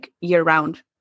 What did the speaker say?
year-round